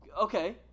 Okay